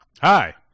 Hi